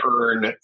earn